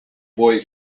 boy